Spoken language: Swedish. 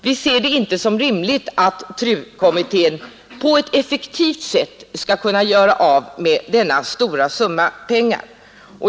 Vi ser det inte som rimligt att TRU-kommittén på en effektiv verksamhet skall kunna göra av med denna stora summa pengar.